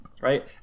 right